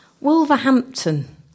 Wolverhampton